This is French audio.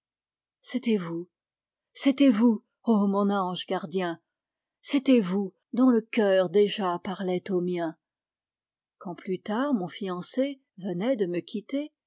c'était vous c'était vous ô mon ange gardien c'était vous dont le cœur déjà parlait au mien quand plus tard mon fiancé venait de me quitter